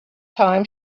time